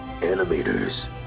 animators